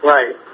Right